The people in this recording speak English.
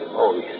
Holy